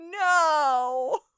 No